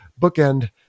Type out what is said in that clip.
bookend